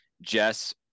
Jess